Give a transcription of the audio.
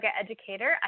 educator